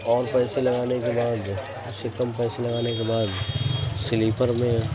اور پیسے لگانے کے بعد اس سے کم پیسے لگانے کے بعد سلیپر میں